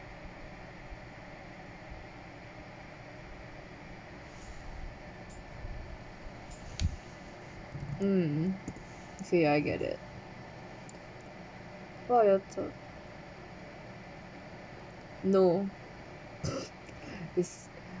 mm ya I get it what realtor no is